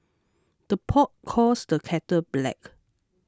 the pot calls the kettle black